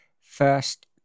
first